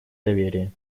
доверия